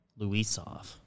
Luisov